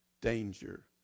danger